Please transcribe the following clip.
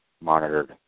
monitored